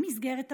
במסגרת הממשלה,